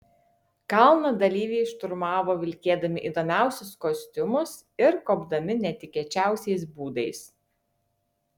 kalną dalyviai šturmavo vilkėdami įdomiausius kostiumus ir kopdami netikėčiausiais būdais